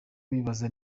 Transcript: bibaza